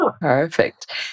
Perfect